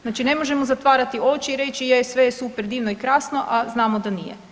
Znači ne možemo zatvarati oči i reći, je sve je super divno i krasno, a znamo da nije.